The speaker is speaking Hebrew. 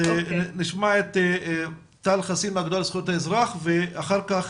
עו"ד טל חסין מהאגודה לזכויות האזרח ואחר כך